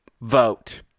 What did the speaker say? vote